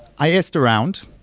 i asked around.